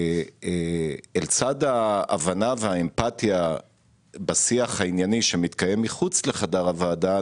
לצד ההבנה והאמפתיה בשיח הענייני שמתקיים מחוץ לחדר הוועדה,